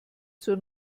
zur